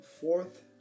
fourth